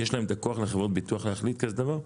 יש לחברות ביטוח את הכוח להחליט כזה דבר?